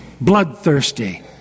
bloodthirsty